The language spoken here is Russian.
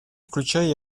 включая